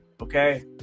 Okay